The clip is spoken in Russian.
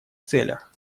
целях